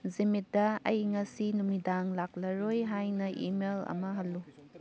ꯖꯤꯃꯤꯠꯇ ꯑꯩ ꯉꯁꯤ ꯅꯨꯃꯤꯗꯥꯡ ꯂꯥꯛꯂꯔꯣꯏ ꯍꯥꯏꯅ ꯏꯃꯦꯜ ꯑꯃ ꯍꯜꯂꯨ